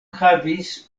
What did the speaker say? havis